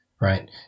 right